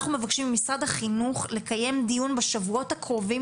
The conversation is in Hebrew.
אנחנו מבקשים ממשרד החינוך לקיים דיון בשבועות הקרובים,